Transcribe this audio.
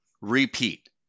repeat